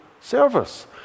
service